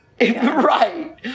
Right